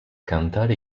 cantare